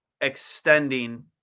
extending